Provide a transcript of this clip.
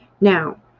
Now